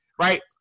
Right